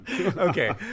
okay